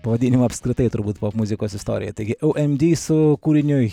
pavadinimų apskritai turbūt popmuzikos istorijoj taigi ou em di su kūriniu